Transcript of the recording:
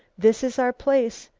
this is our place,